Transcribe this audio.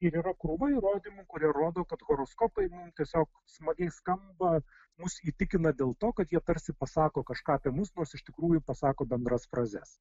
ir yra krūva įrodymų kurie rodo kad horoskopai tiesiog smagiai skamba mus įtikina dėl to kad jie tarsi pasako kažką apie mus nors iš tikrųjų pasako bendras frazes